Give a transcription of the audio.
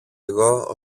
εγώ